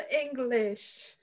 English